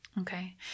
Okay